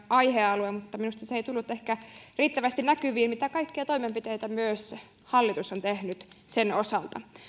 aihealue mutta jossa minusta ei tullut ehkä riittävästi näkyviin mitä kaikkia toimenpiteitä myös hallitus on tehnyt sen osalta